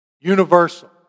universal